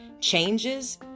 changes